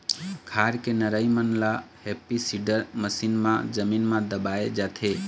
खार के नरई मन ल हैपी सीडर मसीन म जमीन म दबाए जाथे